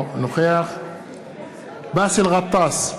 אינו נוכח באסל גטאס,